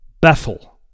Bethel